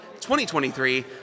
2023